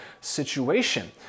situation